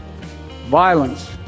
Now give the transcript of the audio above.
violence